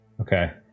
Okay